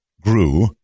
grew